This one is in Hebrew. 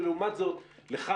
ולעומת זאת לך,